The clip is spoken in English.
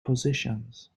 positions